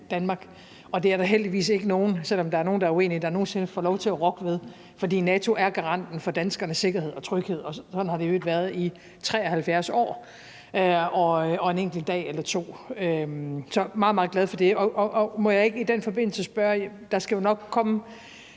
NATO-land, og det er der heldigvis ikke nogen, selv om der er nogle, der er uenige, der nogen sinde får lov til at rokke ved, for NATO er garanten for danskernes sikkerhed og tryghed, og sådan har det i øvrigt været i 73 år og en enkelt dag eller to. Så jeg er meget, meget glad for det. Må jeg ikke i den forbindelse spørge – der skal jo nok komme